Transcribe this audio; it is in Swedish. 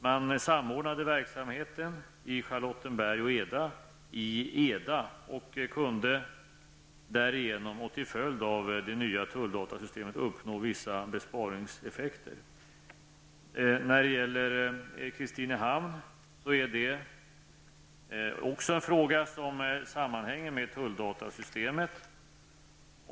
Man samordnade verksamheten i Charlottenberg och Eda och kunde därigenom till följd av det nya tulldatasystemet uppnå vissa besparingseffekter. När det gäller tullstationen Kristinehamn kan jag säga är också det en fråga som sammanhänger med tulldatasystemet.